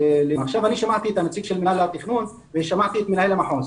עכשיו אני שמעתי את הנציג של מנהל התכנון ושמעתי את מנהל המחוז.